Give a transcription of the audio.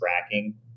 tracking